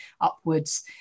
upwards